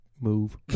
move